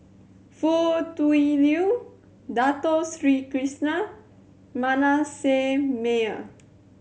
Foo Tui Liew Dato Sri Krishna Manasseh Meyer